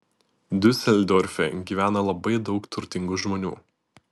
diuseldorfe gyvena labai daug turtingų žmonių